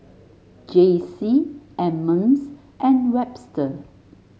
Jaycie Emmons and Webster